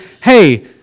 hey